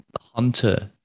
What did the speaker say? Hunter